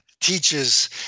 teaches